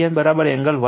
અને Vcn angle 120o છે